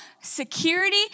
security